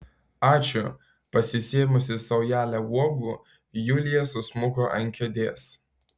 ačiū pasisėmusi saujelę uogų julija susmuko ant kėdės